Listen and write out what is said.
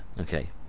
Okay